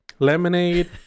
Lemonade